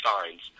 signs